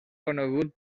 conegut